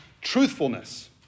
truthfulness